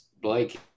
Blake